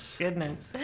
goodness